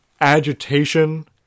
agitation